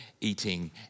eating